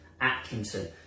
Atkinson